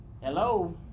hello